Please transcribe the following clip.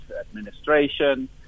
administration